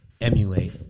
emulate